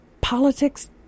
politics